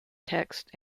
texts